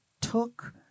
took